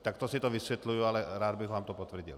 Takto si to vysvětluji, ale rád bych vám to potvrdil.